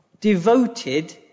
devoted